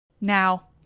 Now